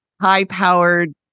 high-powered